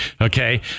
Okay